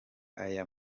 aya